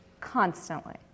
constantly